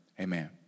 amen